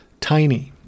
tiny